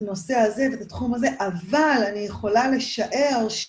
‫את הנושא הזה ואת התחום הזה, ‫אבל אני יכולה לשער...